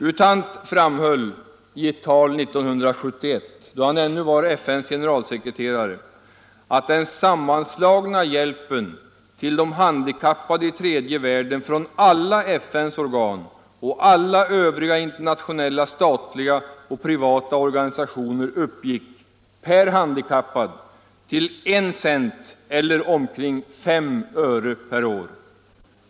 U Thant framhöll i ett tal 1971, då han ännu var FN:s generalsekreterare, att den sammanslagna hjälpen till de handikappade i tredje världen från alla FN:s organ och alla övriga internationella statliga och privata organisationer uppgick, per handikappad, till I cent eller omkring S öre per år.